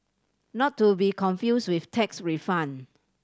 not to be confused with tax refund